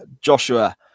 Joshua